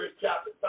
chapter